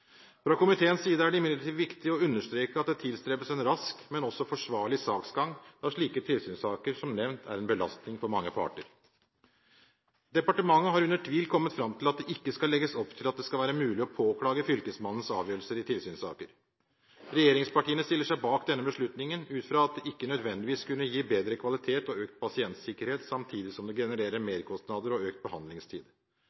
Fra komiteens side er det imidlertid viktig å understreke at det tilstrebes en rask, men også forsvarlig saksgang, da slike tilsynssaker, som nevnt, er en belastning for mange parter. Departementet har under tvil kommet fram til at det ikke skal legges opp til at det skal være mulig å påklage Fylkesmannens avgjørelser i tilsynssaker. Regjeringspartiene stiller seg bak denne beslutningen ut fra at det ikke nødvendigvis vil gi bedre kvalitet og økt pasientsikkerhet, og samtidig genererer merkostnader og økt behandlingstid. Regjeringspartiene understreker imidlertid at det